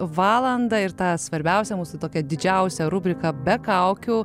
valandą ir tą svarbiausią mūsų tokią didžiausią rubriką be kaukių